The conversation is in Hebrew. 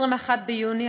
21 ביוני,